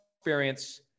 experience